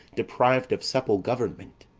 depriv'd of supple government,